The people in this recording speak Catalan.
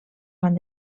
van